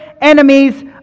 enemies